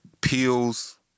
peels